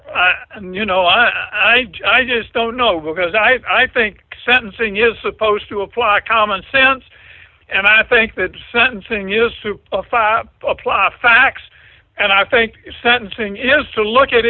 you know i i i just don't know because i think sentencing is supposed to apply common sense and i think that sentencing is to apply facts and i think sentencing is to look at